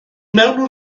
mewn